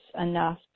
enough